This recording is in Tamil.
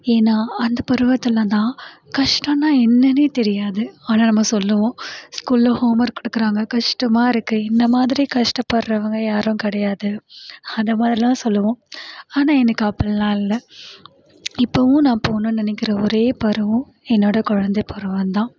ஏன்னா அந்த பருவத்தில் தான் கஷ்டன்னா என்னன்னே தெரியாது ஆனால் நம்ம சொல்லுவோம் ஸ்கூல்ல ஹோமர்க் கொடுக்குறாங்க கஷ்டமாக இருக்குது இந்த மாதிரி கஷ்டப்படுகிறவங்க யாரும் கிடயாது அதை மாதிரில்லாம் சொல்லுவோம் ஆனால் எனக்கு அப்புடில்லாம் இல்லை இப்பவும் நான் போகணுன்னு நினைக்குற ஒரே பருவம் என்னோடய குழந்தை பருவம் தான்